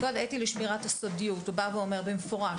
קוד אתי לשמירת הסודיות בא ואומר במפורש,